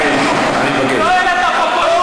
הצעת החוק